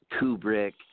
kubrick